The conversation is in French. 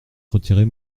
retirer